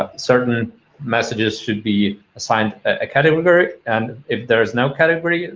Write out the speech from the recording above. ah certain messages should be assigned a category, and if there is no category,